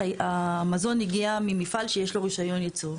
שהמזון הגיע ממפעל שיש לו רישיון ייצור.